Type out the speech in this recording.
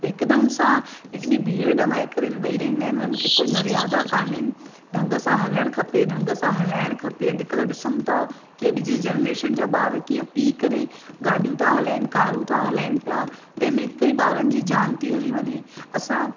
हिकदमि सां एॾी भीड़ ॼमाए करे वेहि रहंदा आहिनि हुननि खे कोई मर्यादा कान्हेनि ढंग सां हलणु खपे ढंग सां हलाइण खपे अॼुकल्ह ॾिसऊं था की अॼुकल्हि जा ॿार कीअं पी करे गाॾियूं था हलाइनि कारूं था हलाइनि पिया तंहिंमे कईं ॿारनि जी जान थी हली वञे असां